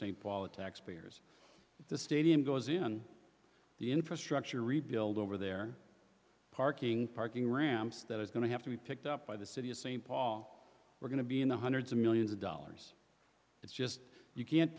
st paul the taxpayers the stadium goes in the infrastructure rebuild over there parking parking ramps that is going to have to be picked up by the city of st paul we're going to be in the hundreds of millions of dollars it's just you can't